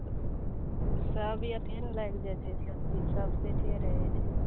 सब अथी ने लागि जाइ छै सबचीज सब सेटे रहै छै